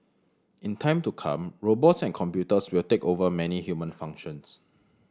in time to come robots and computers will take over many human functions